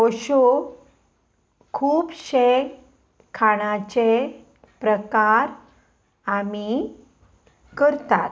अश्यो खुबशे खाणाचे प्रकार आमी करतात